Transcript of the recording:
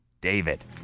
David